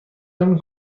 نمی